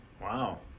wow